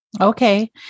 Okay